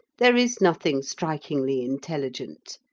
there is nothing strikingly intelligent,